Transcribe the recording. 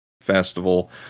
festival